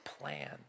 plan